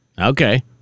Okay